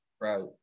Right